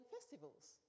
festivals